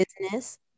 business